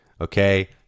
Okay